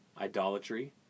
idolatry